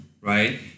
right